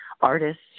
artists